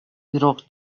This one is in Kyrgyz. бирок